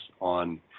on